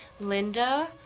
Linda